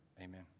amen